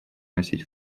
носить